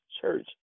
church